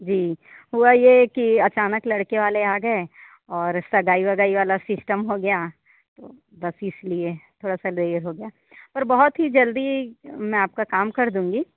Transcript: जी हुआ यह कि अचानक लड़के वाले आ गए और सगाई वागई वाला सिस्टम हो गया बस इसलिए थोड़ा सा देर हो गया पर बहुत ही जल्दी मैं आपका काम कर दूँगी